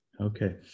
Okay